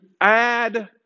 add